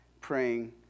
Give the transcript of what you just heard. praying